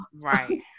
Right